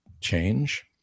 change